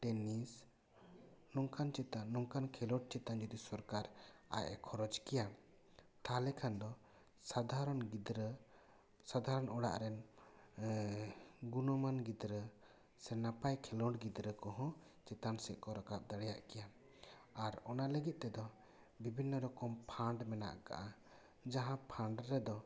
tennis ᱱᱚᱝᱠᱟᱱ ᱪᱮᱛᱟᱱ ᱱᱚᱝᱠᱟᱱ ᱠᱷᱮᱞᱳᱰ ᱪᱮᱛᱟᱱ ᱡᱩᱫᱤ ᱥᱚᱨᱠᱟᱨ ᱟᱡ ᱮ ᱠᱷᱚᱨᱚᱪ ᱠᱮᱭᱟ ᱛᱟᱦᱚᱞᱮ ᱠᱷᱟᱱ ᱫᱚ ᱥᱟᱫᱷᱟᱨᱚᱱ ᱜᱤᱫᱽᱨᱟᱹ ᱥᱟᱫᱷᱟᱨᱚᱱ ᱚᱲᱟᱜ ᱨᱮᱱ ᱜᱩᱱᱚᱢᱟᱱ ᱜᱤᱫᱽᱨᱟᱹ ᱥᱮ ᱱᱟᱯᱟᱭ ᱠᱷᱮᱞᱳᱰ ᱜᱤᱫᱽᱨᱟᱹ ᱠᱚᱦᱚᱸ ᱪᱮᱛᱟᱱ ᱥᱮᱫ ᱠᱚ ᱨᱟᱠᱟᱵ ᱫᱟᱲᱮᱭᱟᱜ ᱠᱮᱭᱟ ᱟᱨ ᱚᱱᱟ ᱞᱟᱹᱜᱤᱫ ᱛᱮᱫᱚ ᱵᱤᱵᱷᱤᱱᱱᱚ ᱨᱚᱠᱚᱢ ᱯᱷᱟᱱᱰ ᱢᱮᱱᱟᱜ ᱟᱠᱟᱜᱼᱟ ᱡᱟᱦᱟᱸ ᱯᱷᱟᱱᱰ ᱨᱮᱫᱚ